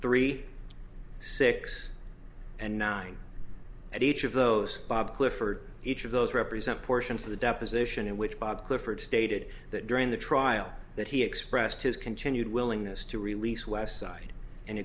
three six and nine at each of those bob clifford each of those represent portions of the deposition in which bob clifford stated that during the trial that he expressed his continued willingness to release west side and